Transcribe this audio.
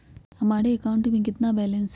हमारे अकाउंट में कितना बैलेंस है?